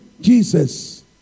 Jesus